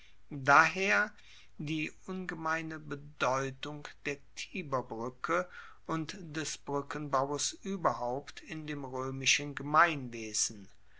daher die ungemeine bedeutung der tiberbruecke und des brueckenbaues ueberhaupt in dem roemischen gemeinwesen